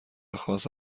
خاص